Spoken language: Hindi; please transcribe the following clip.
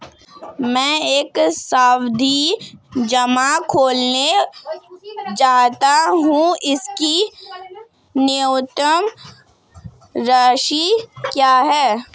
मैं एक सावधि जमा खोलना चाहता हूं इसकी न्यूनतम राशि क्या है?